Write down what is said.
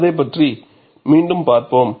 அதைப் பற்றி மீண்டும் பார்ப்போம்